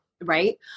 Right